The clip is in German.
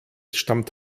stammt